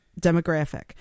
demographic